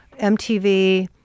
mtv